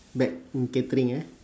back in catering ah